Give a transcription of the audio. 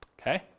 okay